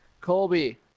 Colby